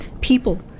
people